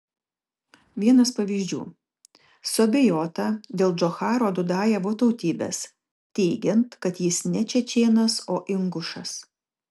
vienas pavyzdžių suabejota dėl džocharo dudajevo tautybės teigiant kad jis ne čečėnas o ingušas